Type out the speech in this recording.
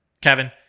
Kevin